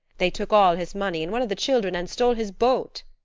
they took all his money and one of the children and stole his boat.